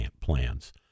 plans